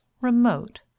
remote